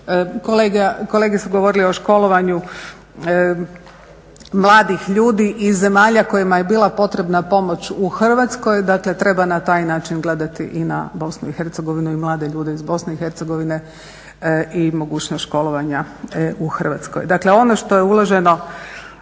Kolege su govorile o školovanju mladih ljudi iz zemalja kojima je bila potrebna pomoć u Hrvatskoj, dakle treba na taj način gledati i na BiH i mlade ljude iz BiH i mogućnost školovanja u Hrvatskoj.